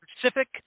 Pacific